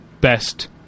best